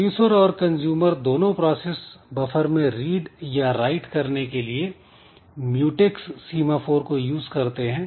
producer और consumer दोनों process buffer में रीड या राइट करने के लिए म्यूटेक्स सीमाफोर को यूज करते हैं